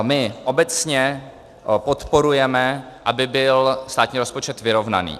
My obecně podporujeme, aby byl státní rozpočet vyrovnaný.